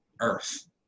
earth